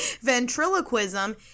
Ventriloquism